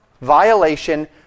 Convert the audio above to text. violation